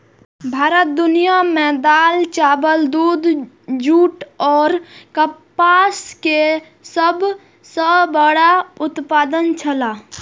भारत दुनिया में दाल, चावल, दूध, जूट और कपास के सब सॉ बड़ा उत्पादक छला